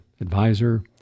advisor